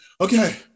okay